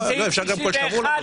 אנחנו עוברים לאישור מוסדות ציבור